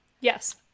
Yes